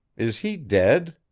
is he dead?